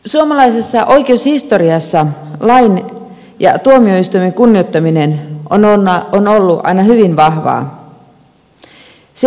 suomalaisessa oikeushistoriassa lain ja tuomioistuimen kunnioittaminen on ollut aina hyvin vahvaa